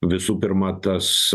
visų pirma tas